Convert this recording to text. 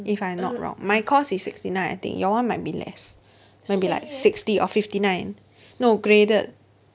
if I'm not wrong my course is sixty nine I think your one might be less maybe like sixty or fifty nine no graded